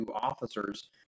officers